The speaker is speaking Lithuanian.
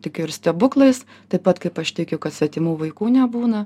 tikiu ir stebuklais taip pat kaip aš tikiu kad svetimų vaikų nebūna